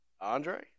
Andre